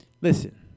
listen